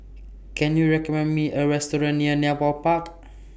Can YOU recommend Me A Restaurant near Nepal Park